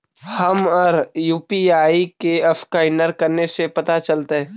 हमर यु.पी.आई के असकैनर कने से पता चलतै?